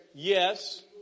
Yes